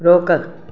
रोक